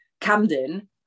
Camden